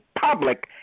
public